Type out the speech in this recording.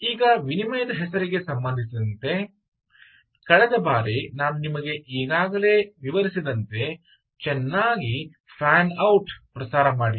ಈಗ ವಿನಿಮಯದ ಹೆಸರಿಗೆ ಸಂಬಂಧಿಸಿದಂತೆ ಕಳೆದ ಬಾರಿ ನಾನು ನಿಮಗೆ ಈಗಾಗಲೇ ವಿವರಿಸಿದಂತೆ ಚೆನ್ನಾಗಿ ಫ್ಯಾನ್ ಔಟ್ ಪ್ರಸಾರ ಮಾಡಿ